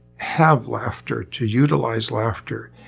have laughter, to utilize laughter.